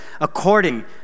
According